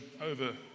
over